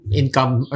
income